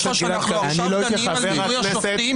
שלך שאנחנו עכשיו דנים על מינוי השופטים?